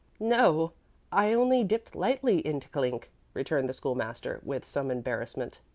no i only dipped lightly into clink, returned the school-master, with some embarrassment.